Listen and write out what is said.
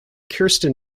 kristin